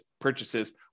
purchases